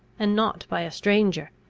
and not by a stranger.